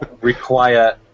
require